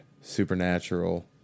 Supernatural